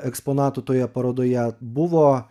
eksponatų toje parodoje buvo